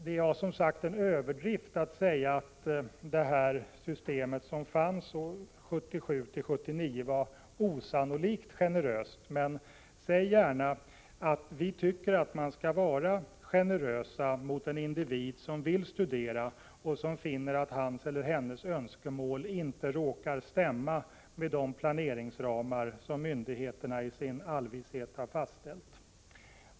Det är som sagt en överdrift att säga att det system som fanns 1977-1979 var osannolikt generöst, men säg gärna att vi tycker att man skall vara generös mot den individ som vill studera och finner att hans eller hennes önskemål inte råkar stämma med de planeringsramar som myndigheterna i sin allvishet har fastställt.